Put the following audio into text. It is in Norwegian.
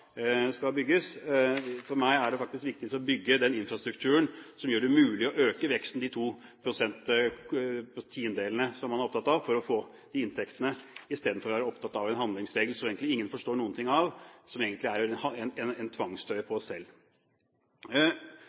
skal bygges. For meg er det faktisk viktigst å bygge den infrastrukturen som gjør det mulig å øke veksten to tiendedeler, som han er opptatt av, for å få de inntektene, istedenfor å være opptatt av en handlingsregel som ingen egentlig forstår noe av, og som egentlig er en